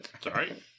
Sorry